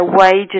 wages